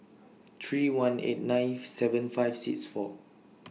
three one eight ninth seven five six four